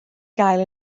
gael